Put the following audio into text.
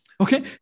okay